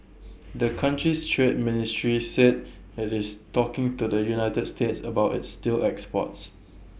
the country's trade ministry said IT is talking to the united states about its steel exports